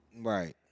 Right